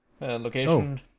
location